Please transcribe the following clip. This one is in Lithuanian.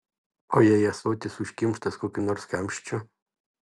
o jei ąsotis užkimštas kokiu nors kamščiu